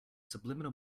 subliminal